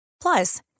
Plus